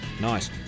nice